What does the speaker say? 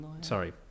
sorry